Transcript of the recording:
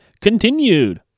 continued